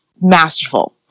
masterful